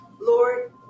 Lord